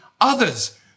others